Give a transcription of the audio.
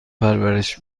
پرورش